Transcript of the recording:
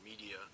media